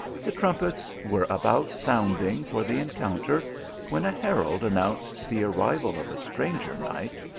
the trumpets were about sounding for the encounter when a herald announced the arrival of a stranger knight,